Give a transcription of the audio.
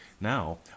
Now